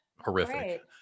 horrific